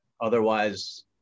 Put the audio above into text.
Otherwise